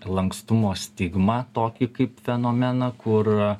lankstumo stigmą tokį kaip fenomeną kur